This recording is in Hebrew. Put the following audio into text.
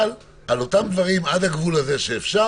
אבל על אותם דברים, עד הגבול הזה שאפשר